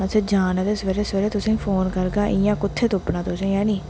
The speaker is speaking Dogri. असें जाना ते सवेरे सवेरे तुसेंई फोन करगा इ'यां कुत्थें तुप्पना तुसें है नी